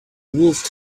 wolfed